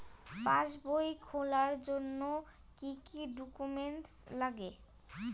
পাসবই খোলার জন্য কি কি ডকুমেন্টস লাগে?